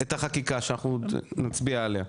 החקיקה שאנחנו נצביע עליה.